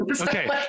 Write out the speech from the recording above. Okay